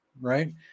right